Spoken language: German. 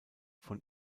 von